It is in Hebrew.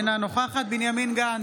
אינה נוכחת בנימין גנץ,